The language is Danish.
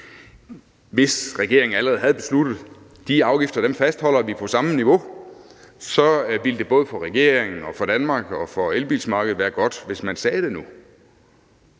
Hvis regeringen allerede havde besluttet at fastholde afgifterne på samme niveau, så ville det både for regeringen, Danmark og elbilmarkedet være godt, hvis man sagde det nu.